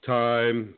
time